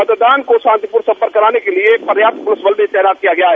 मतदान को शांतिर्ण संपन्न कराने के लिए पर्याप्त पूलिस बल तैनात किया गया है